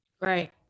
Right